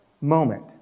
moment